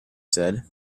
said